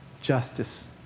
Justice